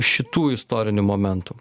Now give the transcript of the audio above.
šitų istorinių momentų